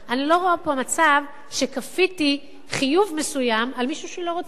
אני לא רואה פה מצב שכפיתי חיוב מסוים על מישהו שלא רוצה אותו.